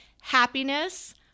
happiness